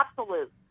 absolute